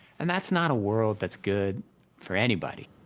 and that's not a world that's good for anybody.